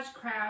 crowd